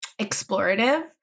explorative